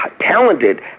talented